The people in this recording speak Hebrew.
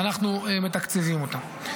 ואנחנו מתקצבים אותם.